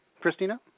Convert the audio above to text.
Christina